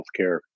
healthcare